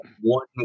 one